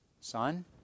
son